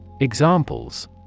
Examples